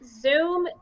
Zoom